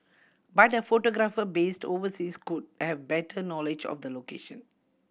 but a photographer based overseas could have better knowledge of the location